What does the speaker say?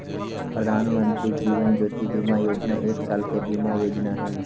प्रधानमंत्री जीवन ज्योति बीमा योजना एक साल के बीमा योजना हइ